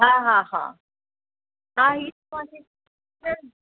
हा हा हा ही